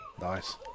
Nice